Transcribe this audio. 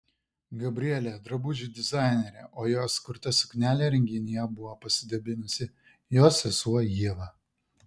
gabrielė drabužių dizainerė o jos kurta suknele renginyje buvo pasidabinusi jos sesuo ieva